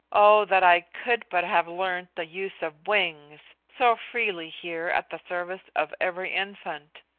oh, that i could but have learned the use of wings, so freely here at the service of every infant,